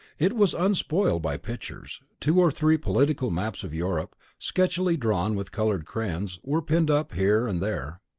it was unspoiled by pictures two or three political maps of europe, sketchily drawn with coloured crayons, were pinned up here and there.